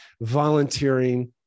volunteering